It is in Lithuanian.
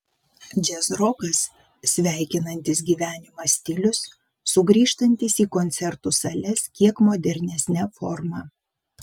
džiazrokas sveikinantis gyvenimą stilius sugrįžtantis į koncertų sales kiek modernesne forma